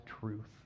truth